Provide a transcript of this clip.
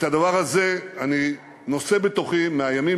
את הדבר הזה אני נושא בתוכי מהימים